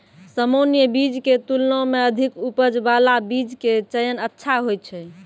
सामान्य बीज के तुलना मॅ अधिक उपज बाला बीज के चयन अच्छा होय छै